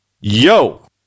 yo